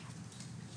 העמדה,